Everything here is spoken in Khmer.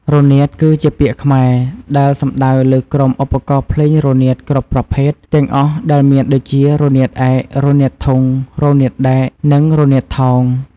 រនាតគឺជាពាក្យខ្មែរដែលសំដៅលើក្រុមឧបករណ៍ភ្លេងរនាតគ្រប់ប្រភេទទាំងអស់ដែលមានដូចជា រនាតឯក រនាតធុង រនាតដែក និងរនាតថោង។